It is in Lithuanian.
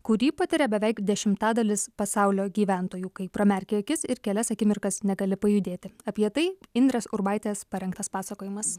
kurį patiria beveik dešimtadalis pasaulio gyventojų kai pramerki akis ir kelias akimirkas negali pajudėti apie tai indrės urbaitės parengtas pasakojimas